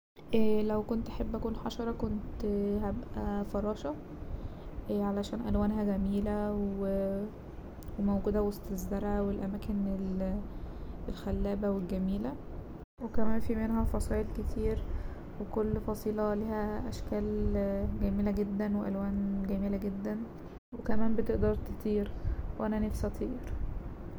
لو كنت احب اكون حشرة كنت هبقى فراشة علشان الوانها جميلة و موجودة وسط الزرع والأماكن الخلابة والجميلة وكمان فيه منها فصايل كتير وكل فصيلة ليها أشكال جميلة جدا وألوان جميلة جدا وكمان بتقدر تطير وانا نفسي اطير.